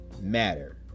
matter